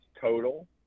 total